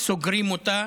סוגרים אותה,